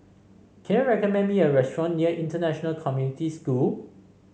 can you recommend me a restaurant near International Community School